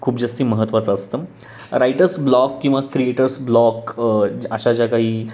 खूप जास्त महत्त्वाचं असतं रायटर्स ब्लॉग किंवा क्रिएटर्स ब्लॉक अशा ज्या काही